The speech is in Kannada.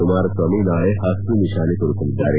ಕುಮಾರಸ್ವಾಮಿ ನಾಳೆ ಹಸಿರು ನಿಶಾನೆ ತೋರಲಿದ್ದಾರೆ